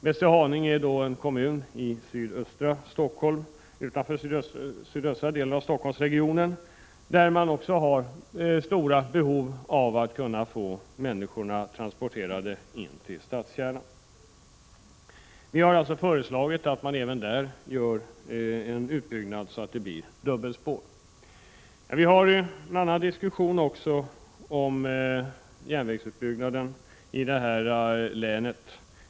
Västerhaninge är en kommun i sydöstra delen av Stockholmsregionen, där man också har stora behov av att kunna få människorna transporterade in till stadskärnan. Vi har föreslagit att man även där gör en utbyggnad till dubbelspår. Herr talman! Vi har också en annan diskussion om järnvägsutbyggnaden i det här länet.